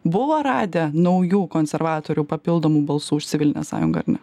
buvo radę naujų konservatorių papildomų balsų už civilinę sąjungą ar ne